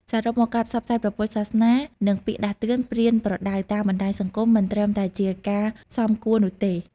សរុបមក ការផ្សព្វផ្សាយព្រះពុទ្ធសាសនា និងពាក្យដាស់តឿនប្រៀនប្រដៅតាមបណ្តាញសង្គមមិនត្រឹមតែជាការសមគួរនោះទេ។